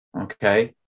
Okay